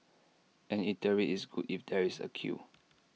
an eatery is good if there is A queue